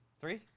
Three